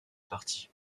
parti